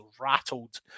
rattled